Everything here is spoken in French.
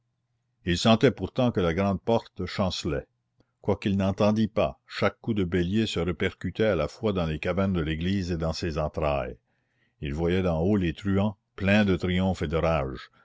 il sentait pourtant que la grande porte chancelait quoiqu'il n'entendît pas chaque coup de bélier se répercutait à la fois dans les cavernes de l'église et dans ses entrailles il voyait d'en haut les truands pleins de triomphe et de